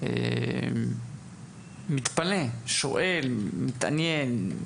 מתפלא, שואל, מתעניין.